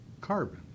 carbon